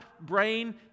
brain